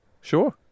Sure